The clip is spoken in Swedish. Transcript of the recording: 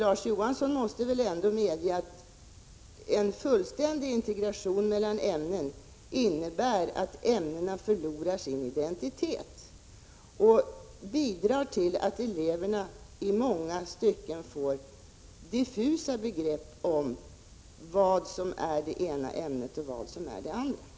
Larz Johansson måste väl ändå medge att en fullständig integration mellan ämnena innebär att dessa förlorar sin identitet och bidrar till att eleverna i många stycken får diffusa begrepp om vilket som är det ena och det andra ämnet.